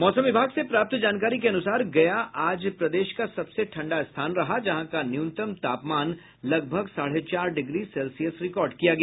मौसम विभाग से प्राप्त जानकारी के अनुसार गया आज प्रदेश का सबसे ठंडा स्थान रहा जहां का न्यूनतम तापमान लगभग साढ़े चार डिग्री सेल्सियस रिकार्ड किया गया